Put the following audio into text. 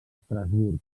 estrasburg